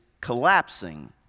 collapsing